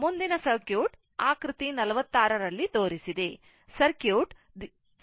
ಮುಂದಿನ ಸರ್ಕ್ಯೂಟ್ ಆಕೃತಿ 46 ರಲ್ಲಿ ತೋರಿಸಿದೆ